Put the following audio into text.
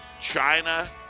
China